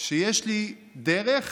שיש לי דרך